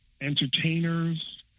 entertainers